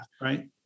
right